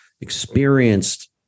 experienced